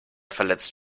verletzt